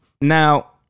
now